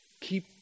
Keep